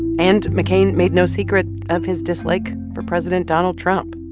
and mccain made no secret of his dislike for president donald trump.